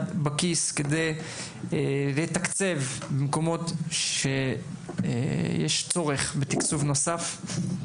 לכיס כדי לתקצב מקומות בהם יש צורך בתקצוב נוסף.